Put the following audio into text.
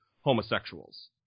homosexuals